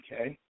okay